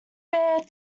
bear